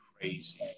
crazy